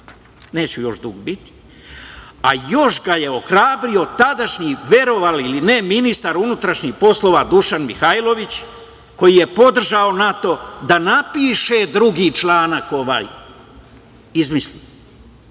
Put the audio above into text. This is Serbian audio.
Neću još dug biti. Još ga je ohrabrio tadašnji, verovali ili ne, ministar unutrašnjih poslova Dušan Mihajlović koji je podržao NATO da napiše drugi članak, izmisli.